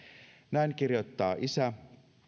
näin kirjoittaa isä